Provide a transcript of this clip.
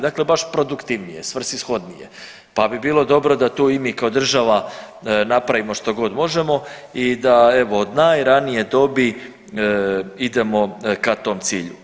Dakle, baš produktivnije, svrsishodnije, pa bi bilo dobro da to i mi kao država napravimo što god možemo i da evo od najranije dobi idemo ka tom cilju.